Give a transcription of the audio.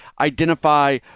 identify